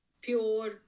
pure